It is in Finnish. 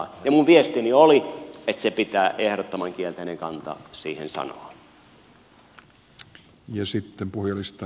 ja minun viestini oli että ehdottoman kielteinen kanta pitää siihen sanoa